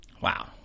Wow